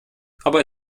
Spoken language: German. aber